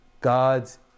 God's